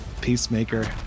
Peacemaker